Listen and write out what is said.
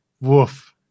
Woof